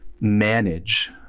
manage